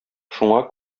шуңа